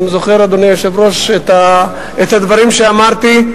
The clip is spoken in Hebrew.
אם זוכר אדוני היושב-ראש את הדברים שאמרתי.